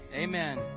amen